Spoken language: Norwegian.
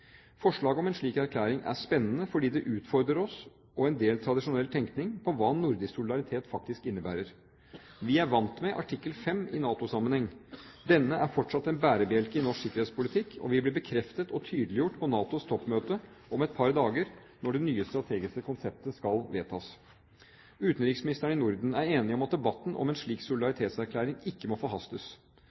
Forslaget om en slik erklæring er spennende fordi det utfordrer oss – og en del tradisjonell tenkning – på hva nordisk solidaritet faktisk innebærer. Vi er «vant med» artikkel 5 i NATO-sammenheng. Denne er fortsatt en bærebjelke i norsk sikkerhetspolitikk og vil bli bekreftet og tydeliggjort på NATOs toppmøte om et par dager, når det nye strategiske konseptet skal vedtas. Utenriksministrene i Norden er enige om at debatten om en slik solidaritetserklæring ikke må forhastes.